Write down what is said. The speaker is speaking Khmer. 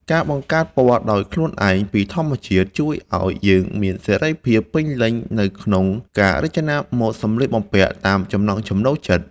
ការបង្កើតពណ៌ដោយខ្លួនឯងពីធម្មជាតិ ជួយឱ្យយើងមានសេរីភាពពេញលេញនៅក្នុងការរចនាម៉ូដសម្លៀកបំពាក់តាមចំណង់ចំណូលចិត្ត។